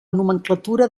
nomenclatura